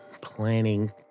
planning